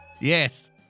Yes